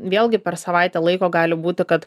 vėlgi per savaitę laiko gali būti kad